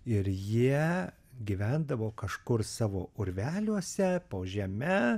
ir jie gyvendavo kažkur savo urveliuose po žeme